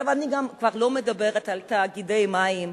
אני כבר לא מדברת על תאגידי מים,